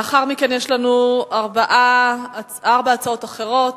לאחר מכן יש לנו ארבע הצעות אחרות,